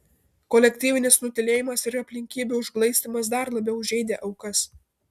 kolektyvinis nutylėjimas ir aplinkybių užglaistymas dar labiau žeidė aukas